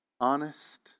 honest